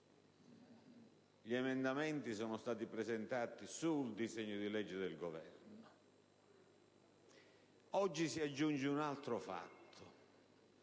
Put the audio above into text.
Gli emendamenti sono stati presentati sul disegno di legge del Governo. Si aggiunge poi un altro fatto: